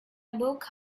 woke